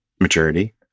maturity